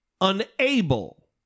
unable